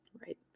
Right